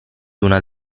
una